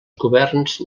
governs